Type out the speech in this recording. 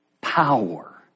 power